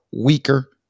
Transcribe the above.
weaker